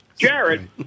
Jared